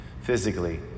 physically